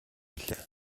билээ